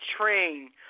train